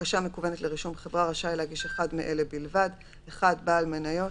בקה מקוונת לרישום חברה רשאי להגיש אחד מאלה בלבד: (1) בעל מניות,